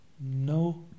no